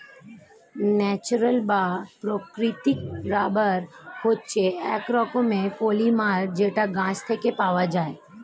natural বা প্রাকৃতিক rubber হচ্ছে এক রকমের পলিমার যেটা গাছ থেকে পাওয়া যায়